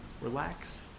relax